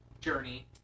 journey